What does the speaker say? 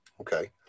Okay